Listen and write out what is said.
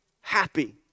happy